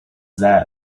that